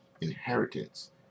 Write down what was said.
inheritance